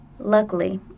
Luckily